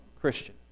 Christian